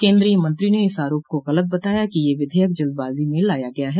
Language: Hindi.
केंद्रीय मंत्री ने इस आरोप को गलत बताया कि यह विधेयक जल्द बाजी में लाया गया है